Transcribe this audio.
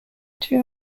two